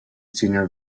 senior